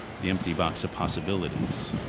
the empty box of possibilities.